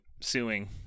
suing